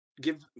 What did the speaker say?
give